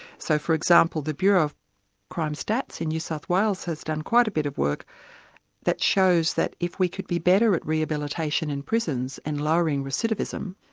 so, for example, the bureau of crime stats in new south wales has done quite a bit of work that shows that if we could be better at rehabilitation in prisons and lowering recidivism,